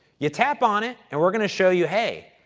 you tap on it and we're going to show you, hey,